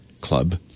club